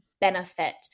benefit